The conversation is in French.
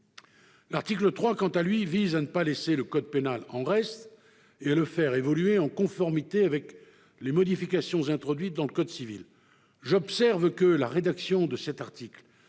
L'article 3, quant à lui, vise à ne pas laisser le code pénal en reste et à le faire évoluer en conformité avec les modifications introduites dans le code civil. J'observe que la rédaction de cet article